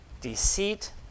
deceit